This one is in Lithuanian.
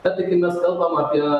tą tai kai mes kalbam apie